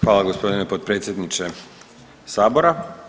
Hvala gospodine potpredsjedniče sabora.